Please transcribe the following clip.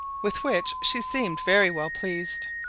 with which she seemed very well pleased,